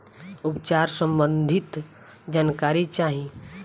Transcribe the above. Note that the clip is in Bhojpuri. उपचार सबंधी जानकारी चाही?